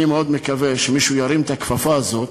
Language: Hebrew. אני מאוד מקווה שמישהו ירים את הכפפה הזאת.